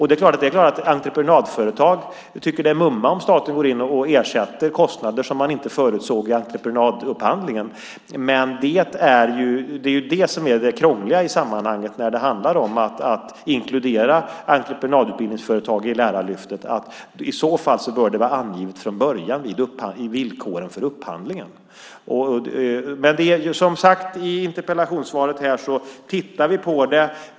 Det är klart att entreprenadföretag tycker att det är mumma om staten går in och ersätter kostnader som inte förutsågs i entreprenadupphandlingen. Det är just det som är det krångliga. Om man ska inkludera entreprenadutbildningsföretag i Lärarlyftet bör det i så fall vara angivet från början i villkoren för upphandlingen. Som sagt tittar vi på detta.